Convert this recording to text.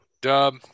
Dub